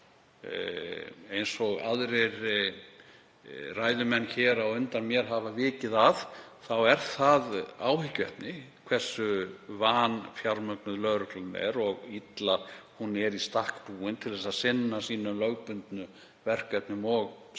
Eins og aðrir ræðumenn á undan mér hafa vikið að er það áhyggjuefni hversu vanfjármögnuð lögreglan er og illa í stakk búin til að sinna sínum lögbundnu verkefnum og skyldum.